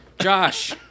Josh